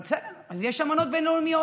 אבל בסדר, אז יש אמנות בין-לאומיות.